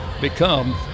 become